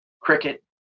cricket